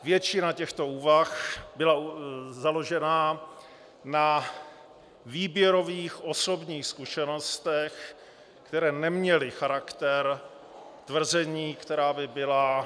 Většina těchto úvah byla založena na výběrových osobních zkušenostech, které neměly charakter tvrzení, která by byla